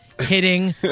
hitting